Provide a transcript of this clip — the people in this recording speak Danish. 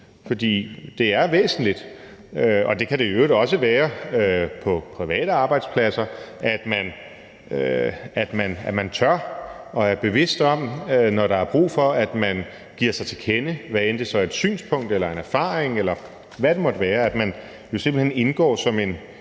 det er væsentligt, og det kan det i øvrigt også være på private arbejdspladser, altså at man er bevidst om det, og at man, når der er brug for det, tør give sig til kende, hvad end det så er et synspunkt eller en erfaring, hvad det måtte være, i forhold til at man jo simpelt hen indgår som en